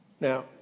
Now